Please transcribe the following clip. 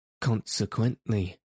Consequently